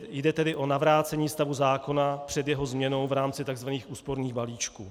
Jde tedy o navrácení stavu zákona před jeho změnou v rámci tzv. úsporných balíčků.